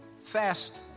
fast